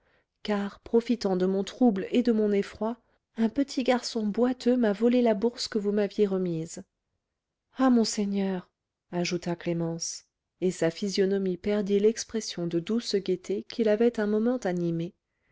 car profitant de mon trouble et de mon effroi un petit garçon boiteux m'a volé la bourse que vous m'aviez remise ah monseigneur ajouta clémence et sa physionomie perdit l'expression de douce gaieté qui l'avait un moment animée